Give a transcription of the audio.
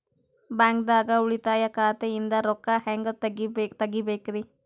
ಬ್ಯಾಂಕ್ದಾಗ ಉಳಿತಾಯ ಖಾತೆ ಇಂದ್ ರೊಕ್ಕ ಹೆಂಗ್ ತಗಿಬೇಕ್ರಿ?